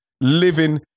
living